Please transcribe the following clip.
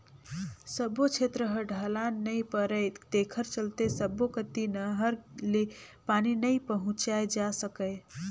सब्बो छेत्र ह ढलान नइ परय तेखर चलते सब्बो कति नहर ले पानी नइ पहुंचाए जा सकय